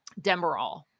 Demerol